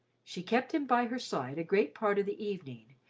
she kept him by her side a great part of the evening,